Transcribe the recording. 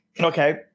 Okay